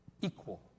equal